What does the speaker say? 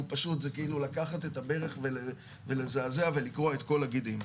פשוט זה כאילו לקחת את הברך ולזעזע ולקרוע את כל הגידים.